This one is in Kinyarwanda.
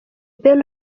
ben